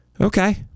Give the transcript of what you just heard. Okay